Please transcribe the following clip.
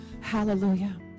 Hallelujah